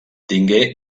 tingué